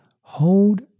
hold